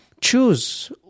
choose